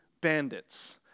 bandits